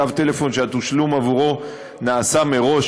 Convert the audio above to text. קו טלפון שהתשלום עבורו נעשה מראש,